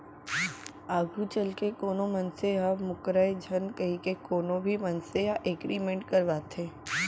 आघू चलके कोनो मनसे ह मूकरय झन कहिके कोनो भी मनसे ह एग्रीमेंट करवाथे